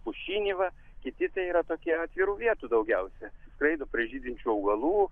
pušinį va kiti tai yra tokie atvirų vietų daugiausia skraido prie žydinčių augalų